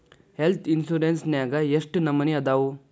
Health insurance ನ್ಯಾಗ್ ಯೆಷ್ಟ್ ನಮನಿ ಅದಾವು?